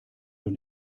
und